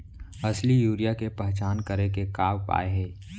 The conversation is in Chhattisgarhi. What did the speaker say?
असली यूरिया के पहचान करे के का उपाय हे?